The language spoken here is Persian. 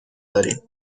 داریم